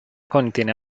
contiene